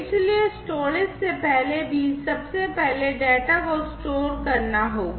इसलिए स्टोरेज से पहले भी सबसे पहले डेटा को स्टोर करना होगा